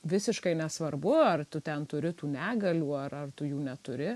visiškai nesvarbu ar tu ten turi tų negalių ar ar tu jų neturi